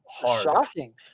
Shocking